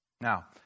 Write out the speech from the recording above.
Now